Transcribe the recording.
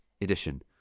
Edition